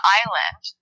island